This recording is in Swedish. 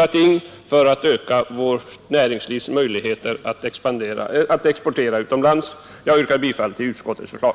här sättet ökar vårt näringslivs möjligheter att exportera. Jag yrkar bifall till utskottets förslag.